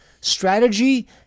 Strategy